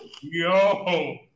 Yo